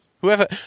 Whoever –